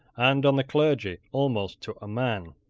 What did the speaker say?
and on the clergy almost to a man.